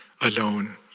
alone